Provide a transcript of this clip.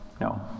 no